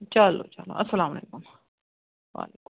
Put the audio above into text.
چلو چلو اسلام علیکُم